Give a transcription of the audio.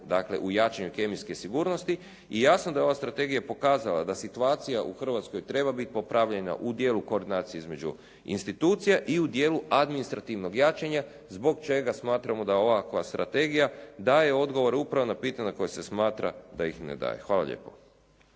dakle u jačanju kemijske sigurnosti i jasno da je ova strategija pokazala da situacija treba biti popravljena u dijelu koordinacije između institucije i u dijelu administrativnog jačanja zbog čega smatramo da ovakva strategija daje odgovor upravo na pitanja koja se smatra da ih ne daje. Hvala lijepo.